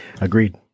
Agreed